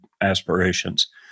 aspirations